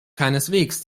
keineswegs